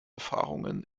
erfahrungen